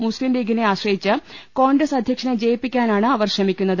മുസ്ലിം ലീഗിനെ ആശ്രയിച്ച് കോൺഗ്രസ് അധ്യക്ഷനെ ജയിപ്പിക്കാനാണ് അവർ ശ്രമിക്കുന്നത്